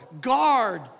guard